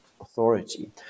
authority